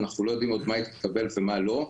אנחנו עוד לא יודעים מה התקבל ומה לא,